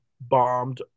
bombed